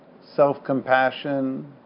self-compassion